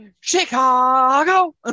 Chicago